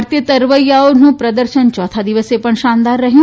ભારતીય તરવૈયાઓનું પ્રદર્શન ચોથા દિવસે પણ શાનદાર રહ્યું